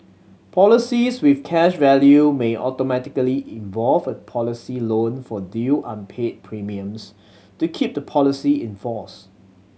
policies with cash value may automatically policy loan for due unpaid premiums to keep the policy in force